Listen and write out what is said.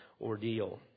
ordeal